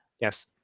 yes